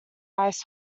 ice